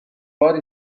باری